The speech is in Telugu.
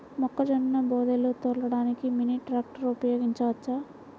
మొక్కజొన్న బోదెలు తోలడానికి మినీ ట్రాక్టర్ ఉపయోగించవచ్చా?